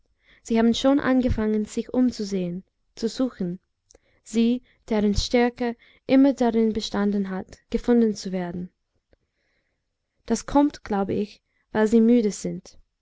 sie haben schon angefangen sich umzusehen zu suchen sie deren stärke immer darin bestanden hat gefunden zu werden das kommt glaube ich weil sie müde sind